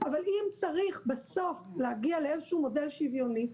אבל אם צריך בסוף להגיע לאיזה שהוא מודל שוויוני,